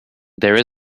there